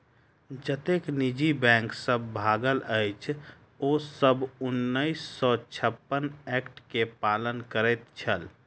जतेक निजी बैंक सब भागल अछि, ओ सब उन्नैस सौ छप्पन एक्ट के पालन करैत छल